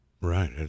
right